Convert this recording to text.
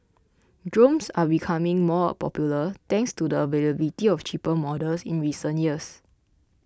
drones are becoming more popular thanks to the availability of cheaper models in recent years